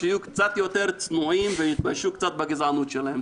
שיהיו קצת יותר צנועים ויתביישו קצת בגזענות שלהם.